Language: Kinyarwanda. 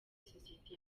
sosiyeti